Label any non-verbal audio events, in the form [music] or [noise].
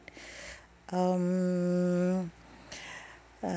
[breath] um [breath]